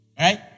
Right